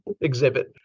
exhibit